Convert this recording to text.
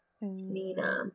Nina